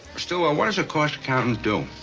stillwell, what does a cost accountant do?